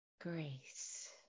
Grace